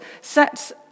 sets